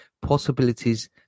possibilities